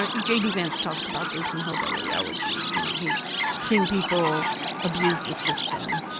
ah j. d. vance talks about this in hillbilly elegy. you know he's seeing people abuse the system,